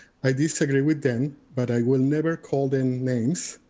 i disagree with them, but i will never call them names.